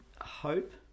hope